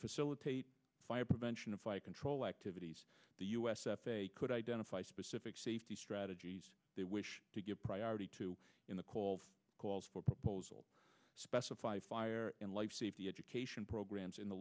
facilitate fire prevention of fire control activities the us could identify specific safety strategies they wish to give priority to in the cold calls for proposal specify fire and life safety education programs in the